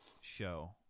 show